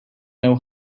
know